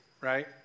right